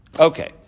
Okay